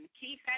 Keith